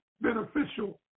beneficial